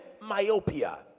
myopia